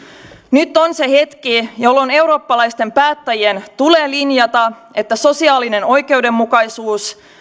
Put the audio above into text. nyt on se hetki jolloin eurooppalaisten päättäjien tulee linjata että sosiaalinen oikeudenmukaisuus